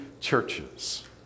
churches